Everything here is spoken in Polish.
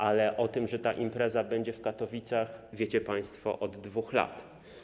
Ale o tym, że ta impreza będzie w Katowicach, wiecie państwo od 2 lat.